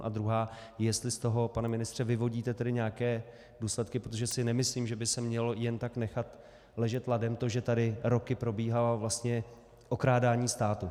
A druhá, jestli z toho, pane ministře, vyvodíte nějaké důsledky, protože si nemyslím, že by se mělo jen tak nechat ležet ladem to, že tady roky probíhalo vlastně okrádání státu.